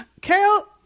Carol